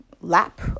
lap